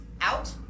out